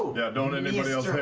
yeah, don't anybody else hit it.